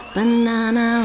Banana